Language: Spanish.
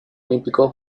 olímpico